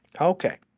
Okay